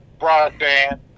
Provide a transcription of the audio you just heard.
broadband